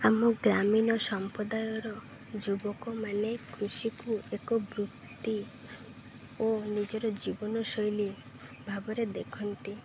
ଆମ ଗ୍ରାମୀଣ ସମ୍ପ୍ରଦାୟର ଯୁବକମାନେ କୃଷିକୁ ଏକ ବୃତ୍ତି ଓ ନିଜର ଜୀବନଶୈଲି ଭାବରେ ଦେଖନ୍ତି